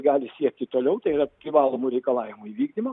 gali siekti toliau tai yra privalomų reikalavimų įvykdymą